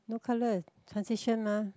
no colour transition mah